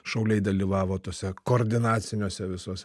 šauliai dalyvavo tuose koordinaciniuose visuose